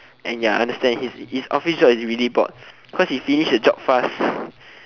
and ya understand he he's office job is really bored cause he finish his job fast